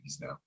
now